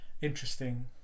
Interesting